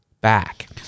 back